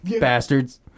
Bastards